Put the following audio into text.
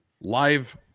live